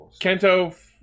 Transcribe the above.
Kento